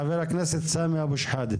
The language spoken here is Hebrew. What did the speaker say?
חבר הכנסת סמי אבו שחאדה,